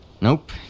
Nope